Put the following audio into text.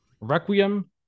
Requiem